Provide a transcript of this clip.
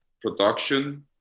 production